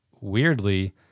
weirdly